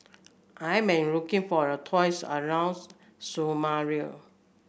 I may looking for a tours around Somalia